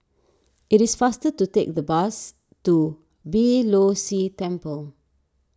it is faster to take the bus to Beeh Low See Temple